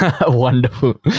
Wonderful